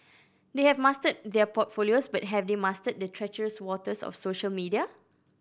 they have mastered their portfolios but have they mastered the treacherous waters of social media